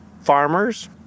farmers